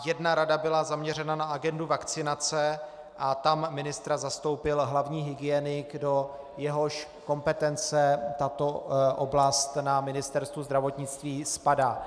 Jedna rada byla zaměřena na agendu vakcinace a tam ministra zastoupil hlavní hygienik, do jehož kompetence tato oblast na Ministerstvu zdravotnictví spadá.